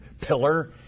pillar